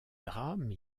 drame